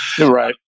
right